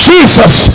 Jesus